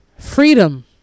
Freedom